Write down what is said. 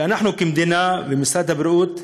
אנחנו כמדינה ומשרד הבריאות,